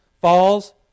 falls